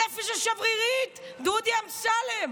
הנפש השברירית דודי אמסלם.